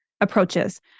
approaches